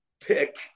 pick